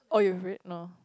or you read not